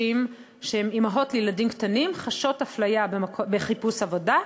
שהן אימהות לילדים קטנים חשה אפליה בעת חיפוש עבודה,